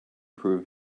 prove